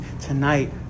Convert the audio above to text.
tonight